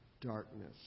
darkness